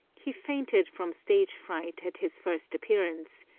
he fainted from stage fright at his first appearance,